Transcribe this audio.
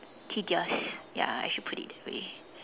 tedious ya I should put it that way